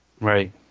Right